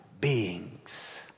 beings